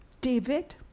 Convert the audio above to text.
David